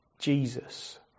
Jesus